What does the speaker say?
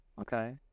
Okay